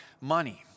money